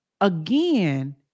again